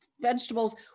vegetables